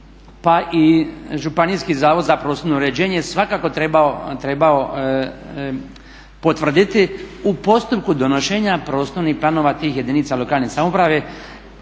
pa i Županijski zavod za prostorno uređenje svakako trebao potvrditi u postupku donošenje prostornih planova tih jedinica lokalne samouprave